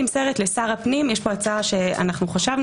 נמצאים